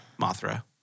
Mothra